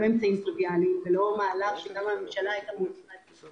טריוויאליים ולאור מהלך שגם הממשלה הייתה מוטרדת ממנו,